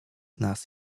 nas